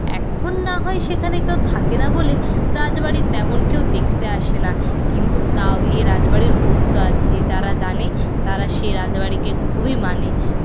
এখন না হয় সেখানে কেউ থাকে না বলে রাজবাড়ি তেমন কেউ দেখতে আসে না কিন্তু তাও এ রাজবাড়ির গুরুত্ব আছে যারা জানে তারা সেই রাজবাড়িকে খুবই মানে